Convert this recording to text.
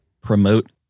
promote